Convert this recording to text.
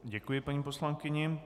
Děkuji paní poslankyni.